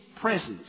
presence